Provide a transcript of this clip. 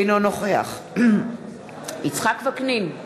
אינו נוכח יצחק וקנין,